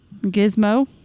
Gizmo